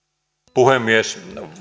puhemies